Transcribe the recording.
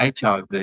HIV